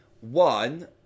One